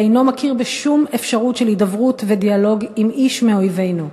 ואינו מכיר בשום אפשרות של הידברות ודיאלוג עם איש מאויבינו.